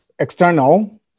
external